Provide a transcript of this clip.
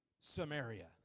Samaria